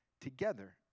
together